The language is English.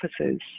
offices